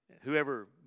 Whoever